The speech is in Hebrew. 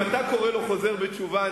אם אתה קורא לו חוזר בתשובה,